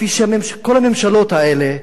כפי שכל הממשלות האלה,